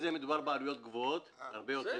מדובר בעלויות גבוהות יותר.